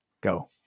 Go